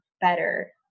better